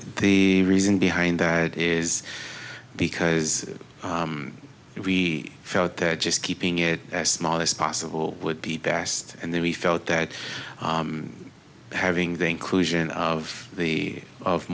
the reason behind that is because we felt that just keeping it as small as possible would be best and then we felt that having the inclusion of the of